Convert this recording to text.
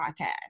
podcast